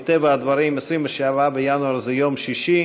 מטבע הדברים, 27 בינואר זה יום שישי